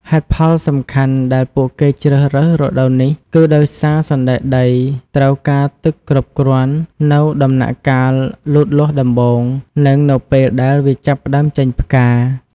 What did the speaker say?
ហេតុផលសំខាន់ដែលពួកគេជ្រើសរើសរដូវនេះគឺដោយសារសណ្ដែកដីត្រូវការទឹកគ្រប់គ្រាន់នៅដំណាក់កាលលូតលាស់ដំបូង និងនៅពេលដែលវាចាប់ផ្ដើមចេញផ្កា។